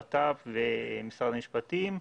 המשרד לביטחון פנים ומשרד המשפטים.